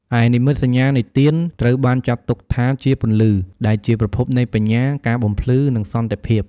ឯនិមិត្តសញ្ញានៃទៀន ត្រូវបានចាត់ទុកថាជា "ពន្លឺ" ដែលជាប្រភពនៃបញ្ញា ការបំភ្លឺ និងសន្តិភាព។